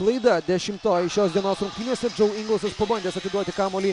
klaida dešimtoji šios dienos rungtynėse džiou ingelsas pabandęs atiduoti kamuolį